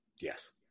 Yes